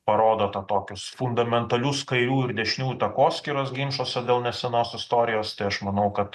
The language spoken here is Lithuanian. parodo tą tokius fundamentalius kairių ir dešinių takoskyras ginčuose dėl nesenos istorijos tai aš manau kad